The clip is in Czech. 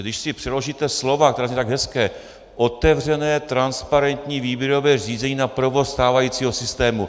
Když si přeložíte slova, která zní tak hezky: Otevřené transparentní výběrové řízení na provoz stávajícího systému.